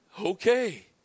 Okay